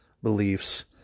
beliefs